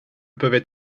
peuvent